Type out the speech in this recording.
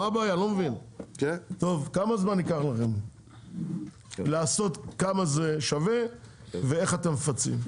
כמה זמן ייקח לכם לעשות כמה זה שווה ואיך אתם מפצים?